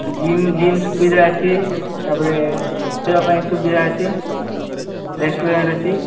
gym gym ସୁବିଧା ଅଛି ତା'ପରେ ଖେଳିବା ପାଇଁ ସୁବିଧା ଅଛି ରେଷ୍ଟୁରାଣ୍ଟ୍ ଅଛି